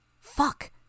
Fuck